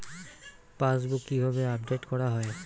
Passbook কিভাবে update করা হয়?